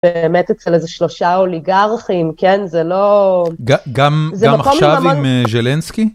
באמת אצל איזה שלושה אוליגרכים, כן, זה לא... גם עכשיו עם ז'לנסקי?